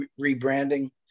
rebranding